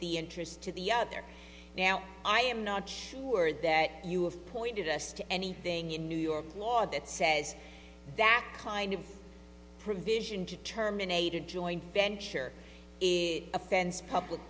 the interest to the other now i am not sure that you have pointed us to anything in new york law that says that kind of provision to terminate a joint venture offends public